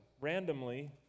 randomly